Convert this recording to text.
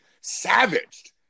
savaged